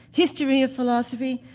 history of philosophy,